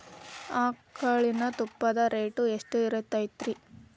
ಆಕಳಿನ ತುಪ್ಪದ ರೇಟ್ ಎಷ್ಟು ಇರತೇತಿ ರಿ?